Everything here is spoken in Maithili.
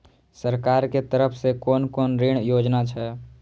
सरकार के तरफ से कोन कोन ऋण योजना छै?